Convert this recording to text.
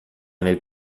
nel